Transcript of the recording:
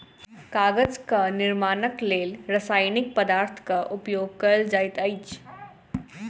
कागजक निर्माणक लेल रासायनिक पदार्थक उपयोग कयल जाइत अछि